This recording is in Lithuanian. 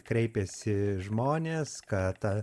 kreipėsi žmonės kad